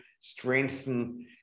strengthen